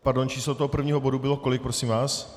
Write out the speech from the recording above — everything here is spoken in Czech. Pardon číslo prvního bodu bylo kolik, prosím vás?